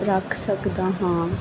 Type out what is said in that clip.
ਰੱਖ ਸਕਦਾ ਹਾਂ